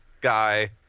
guy